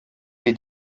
est